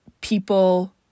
people